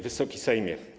Wysoki Sejmie!